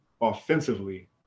offensively